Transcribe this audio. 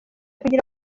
kugira